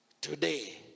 Today